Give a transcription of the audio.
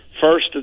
First